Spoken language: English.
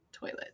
toilet